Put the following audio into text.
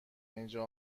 اینجا